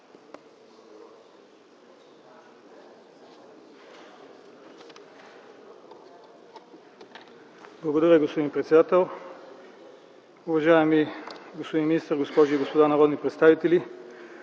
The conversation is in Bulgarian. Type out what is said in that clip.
Благодаря Ви, господин председател. Уважаеми господин министър, госпожи и господа народни представители!